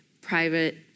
private